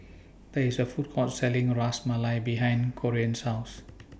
There IS A Food Court Selling A Ras Malai behind Corean's House